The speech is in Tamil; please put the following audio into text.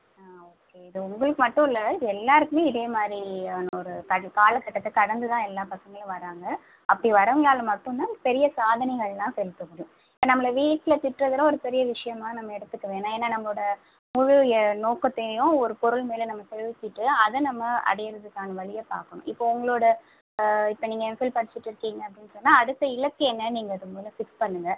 ஆ ஓகே இது உங்களுக்கு மட்டும் இல்லை எல்லோருக்குமே இதேமாதிரி ஒரு கால் காலகட்டத்தை கடந்துதான் எல்லா பசங்களும் வர்றாங்க அப்படி வர்றவங்களால் மட்டுந்தான் பெரிய சாதனைகள்லாம் செய்யப்படுது இப்போ நம்மளை வீட்டில் திட்றதுலாம் ஒரு பெரிய விஷயமாக நம்ம எடுத்துக்க வேணாம் ஏன்னா நம்மோடய முழு எ நோக்கத்தையும் ஒரு பொருள் மேலே நம்ம செலுத்திவிட்டு அதை நம்ம அடைகிறதுக்கான வழியை பார்க்கணும் இப்போ உங்களோடய இப்போ நீங்கள் எம்ஃபில் படிச்சிட்டுருக்கீங்க அப்படின்னு சொன்னால் அடுத்த இலக்கு என்னென்னு நீங்கள் அதை முதல்ல ஃபிக்ஸ் பண்ணுங்கள்